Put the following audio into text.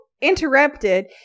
interrupted